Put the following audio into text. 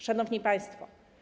Szanowni Państwo!